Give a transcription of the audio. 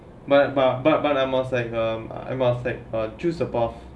but but but but I must like um I must like um choose a path